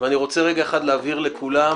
ואני רוצה להבהיר לכולם